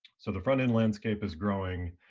so the frontend landscape is growing,